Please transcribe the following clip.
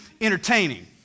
entertaining